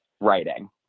writing